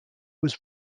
was